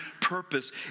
purpose